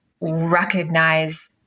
recognize